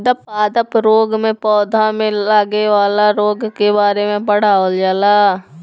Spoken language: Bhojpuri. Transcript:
पादप रोग में पौधा में लागे वाला रोग के बारे में पढ़ावल जाला